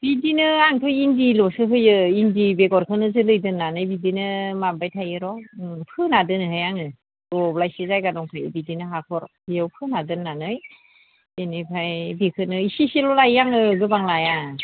बिदिनो आंथ' इन्दिल'सो होयो इन्दि बेगरखौनो जोलै दोन्नानै बिदिनो माबाबायथायो र' फोना दोनोहाय आङो दब्लायसे जायगा दंखायो बिदिनो हाख'र बेयाव फोना दोन्नानै बिनिफ्राय बेखौनो एसे एसेल' लायो आङो गोबां लाया